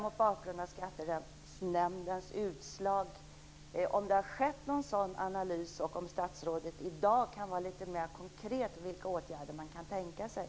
Mot bakgrund av Skatterättsnämndens utslag undrar jag om det har skett någon sådan analys och om statsrådet i dag kan vara litet mer konkret när det gäller vilka åtgärder man kan tänka sig.